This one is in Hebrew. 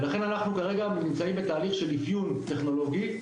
ולכן כרגע אנחנו נמצאים בתהליך של אפיון טכנולוגי,